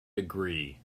degree